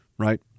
Right